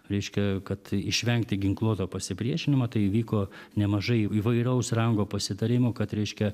reiškia kad išvengti ginkluoto pasipriešinimo tai įvyko nemažai įvairaus rango pasitarimų kad reiškia